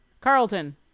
Carlton